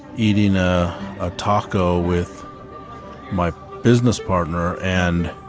eating a ah taco with my business partner and